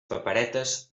paperetes